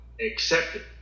accepted